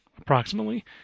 approximately